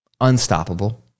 Unstoppable